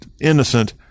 innocent